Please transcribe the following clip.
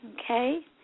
okay